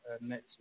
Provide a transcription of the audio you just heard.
next